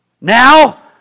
Now